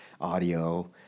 audio